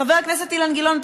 חבר הכנסת אילן גילאון,